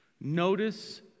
Notice